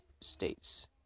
states